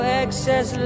excess